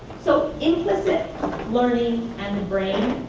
so implicit learning and the brain,